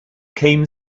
came